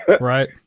Right